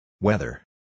Weather